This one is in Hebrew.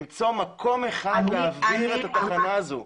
למצוא מקום אחד להעביר את התחנה הזאת.